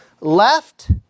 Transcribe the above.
left